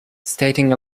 stating